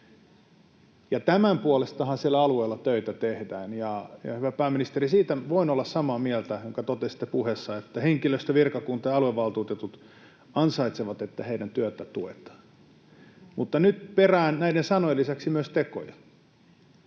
tämän puolestahan siellä alueella töitä tehdään. Hyvä pääministeri, siitä voin olla samaa mieltä, minkä totesitte puheessanne, että henkilöstö, virkakunta ja aluevaltuutetut ansaitsevat, että heidän työtään tuetaan. Mutta nyt perään näiden sanojen lisäksi myös tekoja.